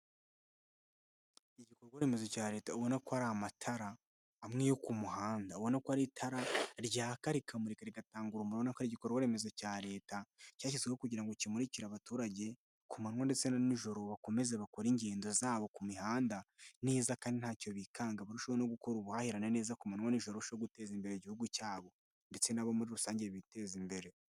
Igikorwa remezo cya leta ubona ko ari amatara, amwe yo ku muhanda. Ubona ko ari itara ryaka rikamurika rigatanga urumuri, ubona ko ari igikorwa remezo cya leta cyashyizweho kugira ngo kimurikire abaturage ku manywa ndetse na nijoro bakomeze bakore ingendo zabo ku mihanda neza kandi ntacyo bikanga barusheho gukora ubuhahirane neza ku manywa n'ijoro kugira ngo barushesheho guteza imbere igihugu cyabo ndetse nabo muri rusange biteza imbere.